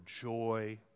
joy